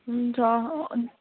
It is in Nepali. हुन्छ